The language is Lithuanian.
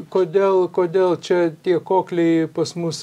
kodėl kodėl čia tie kokliai pas mus